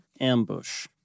Ambush